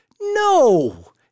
no